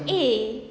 eh